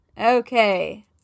Okay